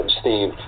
Steve